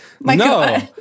no